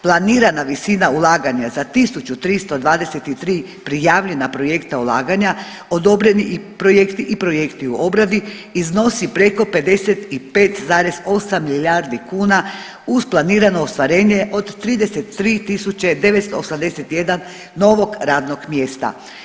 Planirana visina ulaganja za 1.323 prijavljena projekta ulaganja, odobreni projekti i projekti u obradi, iznosi preko 55,8 milijardi kuna uz planirano ostvarenje od 33.981 novog radnog mjesta.